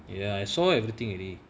ya I saw everything already